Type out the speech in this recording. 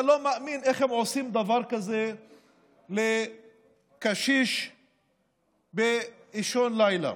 לא מאמין איך הם עושים דבר כזה לקשיש באישון לילה.